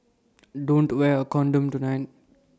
don't wear A condom tonight